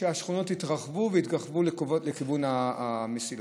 כשהשכונות התרחבו לכיוון המסילות.